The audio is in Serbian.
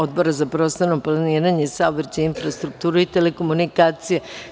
Odbora za prostorno planiranje, saobraćaj, infrastrukturu i telekomunikacije.